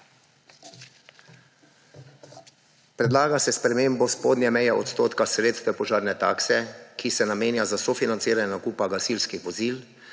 Predlaga se spremembo spodnje meje odstotka sredstev požarne takse, ki se namenja za sofinanciranje nakupa gasilskih vozil